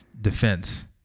defense